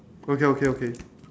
okay okay okay